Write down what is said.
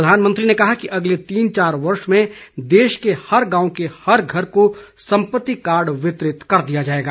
प्रधानमंत्री ने कहा कि अगले तीन चार वर्ष में देश के हर गांव के हर घर को सम्पत्ति कार्ड वितरित कर दिया जाएगा